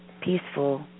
peaceful